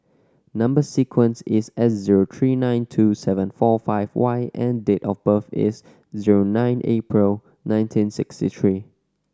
number sequence is S zero three nine two seven four five Y and date of birth is zero nine April nineteen sixty three